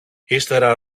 ύστερα